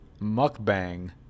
Mukbang